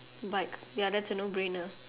but ya that's a no brainer